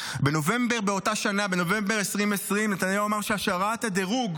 בנובמבר 2020 נתניהו אמר שהשארת הדירוג